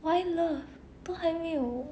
why love 都还没有